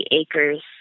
acres